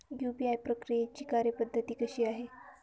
UPI प्रक्रियेची कार्यपद्धती कशी आहे?